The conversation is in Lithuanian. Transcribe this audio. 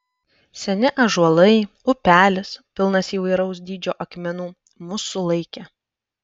seni ąžuolai upelis pilnas įvairaus dydžio akmenų mus sulaikė